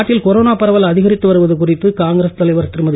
நாட்டில் கொரோனா பரவல் அதிகரித்து வருவது குறித்து காங்கிரஸ் தலைவர் திருமதி